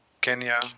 Kenya